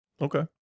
okay